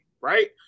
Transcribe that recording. Right